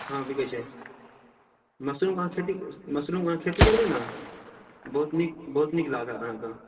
हँ बिकै छै मशरूमके अहाँ खेती मशरूमके अहाँ खेती करबै ने बहुत नीक बहुत नीक लागत अहाँकेँ